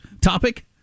topic